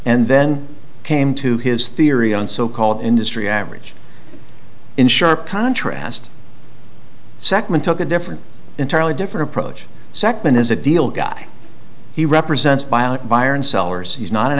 and then came to his theory on so called industry average in sharp contrast second took a different entirely different approach second as a deal guy he represents byron sellers he's not an